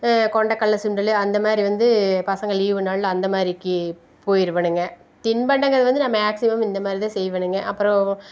கொண்ட கடல சுண்டல் அந்தமாதிரி வந்து பசங்கள் லீவு நாள்ல அந்தமாதிரி கி போயிருவேனுங்க தின்பண்டங்கள் வந்து நான் மேக்ஸிமம் இந்தமாதிரிதான் செய்வேனுங்க அப்புறோம்